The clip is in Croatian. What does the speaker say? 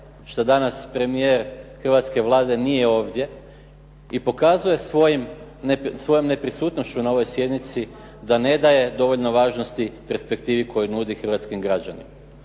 što danas premijer hrvatske Vlade nije ovdje i pokazao je svojom neprisutnošću na ovoj sjednici da ne daje dovoljno važnosti perspektivi koju nudi hrvatskim građanima.